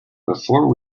before